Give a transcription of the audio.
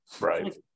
Right